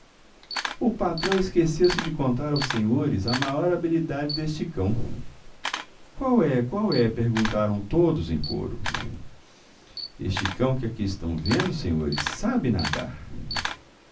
patrão esqueceu-se de contar aos senhores a maior habilidade deste cão qual é qual é perguntaram todos em coro este cão que aqui estão vendo senhores sabe nadar